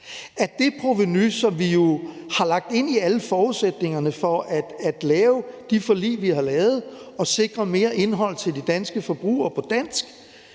at det provenu, som vi jo har lagt ind i alle forudsætningerne for at lave de forlig, vi har lavet, og sikre mere indhold til de danske forbrugere på dansk,